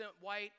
white